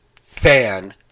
fan